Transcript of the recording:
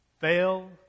fail